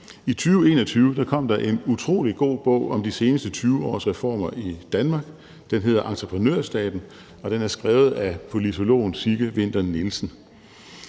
I 2021 kom der en utrolig god bog om de seneste 20 års reformer i Danmark. Den hedder »Entreprenørstaten«, og den er skrevet af politologen Sigge Winther Nielsen.